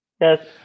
yes